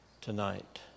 tonight